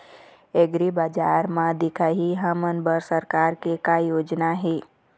एग्रीबजार म दिखाही हमन बर सरकार के का योजना हे?